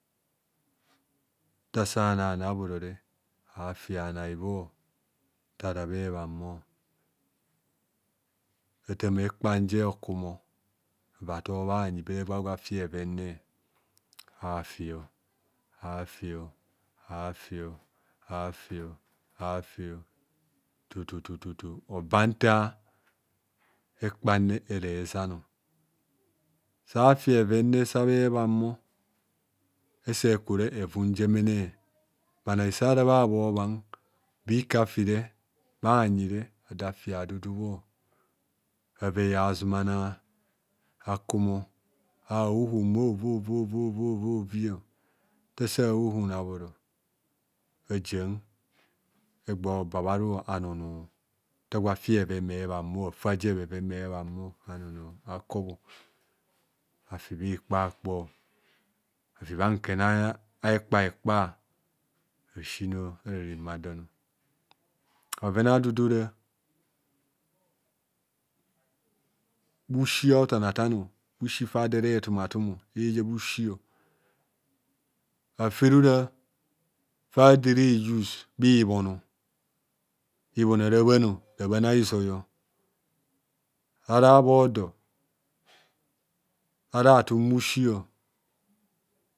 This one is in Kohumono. Nta asa anani abhoro re athammp ekpan jere hokum ava athob bhanyi be agwob afi bheven nro afio afio afio afio tu tu tu tu oba nta ekpan jere era ezan sa afi bheven be bhe bhambho ese ekure evun bho habho bhang afi bhadudu bho. Ava eha zuman kumo. Ahooo mo ovoovo ovo ovo ovoio. Nta asa ahoohoon ahoohoon abhoro ajian egba oba bho aru anono nta agwa afa bheven bhe bhamo afaa je akobho ari bha ikpa akpo, afi bha ikene a hekpae ekpa. Asi no ara rema don. Bhoven a dudu ora bhusi athan athan. Ara bhoodo ara thum bhusi.